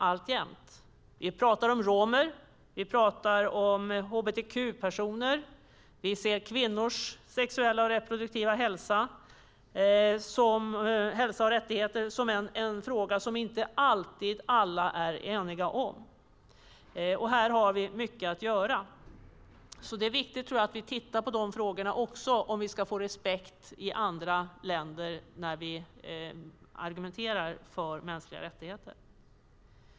Det handlar om romers och hbtq-personers rättigheter, och vi ser att kvinnors sexuella och reproduktiva hälsa och rättigheter är en fråga som inte alla alltid är eniga om. Här har vi mycket att göra. Det är viktigt att vi tittar på dessa frågor också om vi ska få respekt i andra länder när vi argumenterar för mänskliga rättigheter.